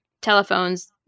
telephones